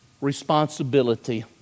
Responsibility